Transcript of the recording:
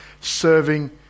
serving